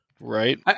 Right